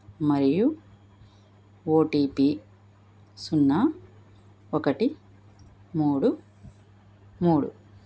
మరియు ఓటీపీ సున్నా ఒకటి మూడు మూడు